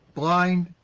blind!